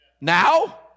now